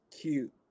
cute